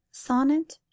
Sonnet